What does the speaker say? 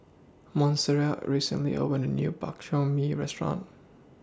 Montserrat recently opened A New Bak Chor Mee Restaurant